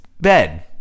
bed